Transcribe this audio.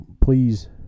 please